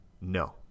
no